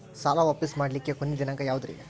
ಸಾಲಾ ವಾಪಸ್ ಮಾಡ್ಲಿಕ್ಕೆ ಕೊನಿ ದಿನಾಂಕ ಯಾವುದ್ರಿ?